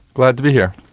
glad to be here.